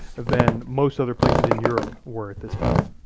than most other places in europe were at this time.